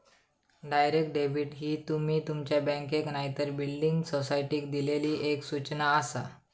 direct debit ही तुमी तुमच्या बँकेक नायतर बिल्डिंग सोसायटीक दिल्लली एक सूचना आसा